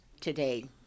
today